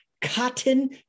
cotton